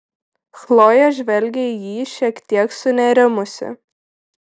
chlojė žvelgė į jį šiek tiek sunerimusi